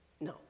No